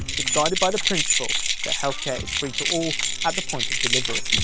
it's guided by the principle that health care is free to all at the point of delivery.